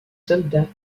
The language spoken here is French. soldats